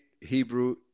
Hebrew